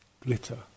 glitter